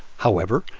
however,